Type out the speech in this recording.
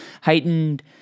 heightened